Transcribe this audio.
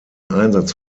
einsatz